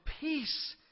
peace